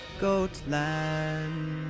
Goatland